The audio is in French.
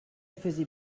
faisait